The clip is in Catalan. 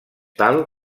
tal